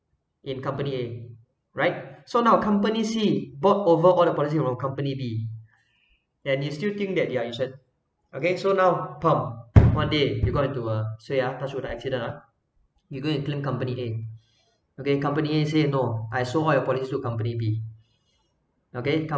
in company A right so now company C bought overall the policy from company B and you still think that you're insured okay so now one day you got into a sway ah touch wood ah accident ah you going to claim company A okay company A say no I sold all your policy to company B okay